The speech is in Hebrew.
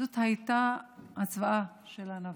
זאת הייתה הצוואה של הנביא.